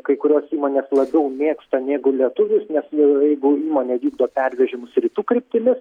kai kurios įmonės labiau mėgsta negu lietuvius nes jeigu įmonė vykdo pervežimus rytų kryptimis